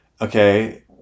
okay